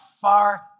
far